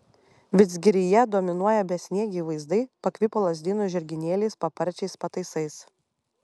vidzgiryje dominuoja besniegiai vaizdai pakvipo lazdynų žirginėliais paparčiais pataisais